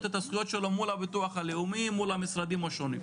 את הזכויות שלו מול הביטוח הלאומי מול המשרדים השונים,